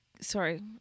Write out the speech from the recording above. Sorry